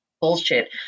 bullshit